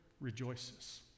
rejoices